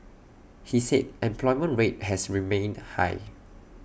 he said employment rate has remained high